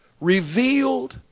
revealed